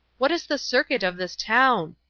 what is the circuit of this town?